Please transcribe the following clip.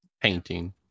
Painting